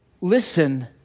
listen